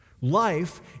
Life